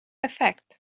effect